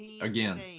Again